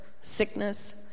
sickness